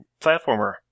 platformer